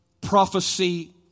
prophecy